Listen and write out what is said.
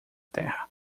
terra